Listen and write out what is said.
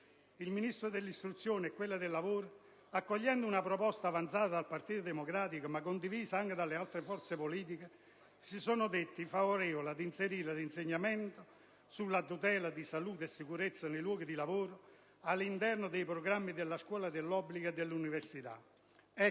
Il Ministro dell'istruzione e quello del lavoro, accogliendo una proposta avanzata dal Partito Democratico, ma condivisa anche da altre forze politiche, si sono detti favorevoli ad inserire l'insegnamento sulla tutela di salute e sicurezza nei luoghi di lavoro all'interno dei programmi della scuola dell'obbligo e dell'università.